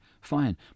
fine